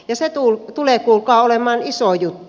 se tulee kuulkaa olemaan iso juttu